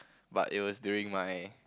but it was during my